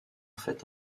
fait